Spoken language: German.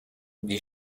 die